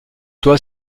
toi